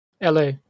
LA